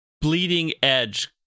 bleeding-edge